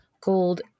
Gold